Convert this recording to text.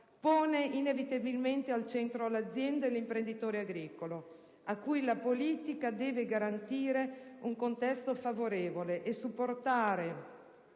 pone inevitabilmente al centro l'azienda e l'imprenditore agricolo, a cui la politica deve garantire un contesto favorevole e supportare